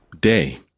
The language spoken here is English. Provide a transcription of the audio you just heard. day